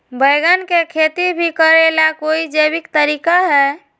बैंगन के खेती भी करे ला का कोई जैविक तरीका है?